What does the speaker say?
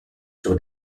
sur